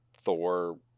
Thor